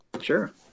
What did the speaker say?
Sure